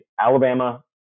Alabama